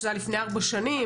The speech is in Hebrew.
שזה היה לפני ארבע שנים,